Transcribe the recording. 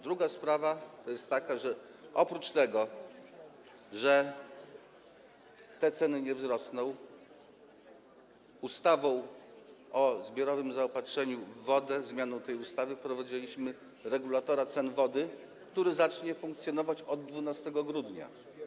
Druga sprawa jest taka, że oprócz tego, że te ceny nie wzrosną, ustawą o zbiorowym zaopatrzeniu w wodę, zmianą tej ustawy wprowadziliśmy regulatora cen wody, który zacznie funkcjonować od 12 grudnia.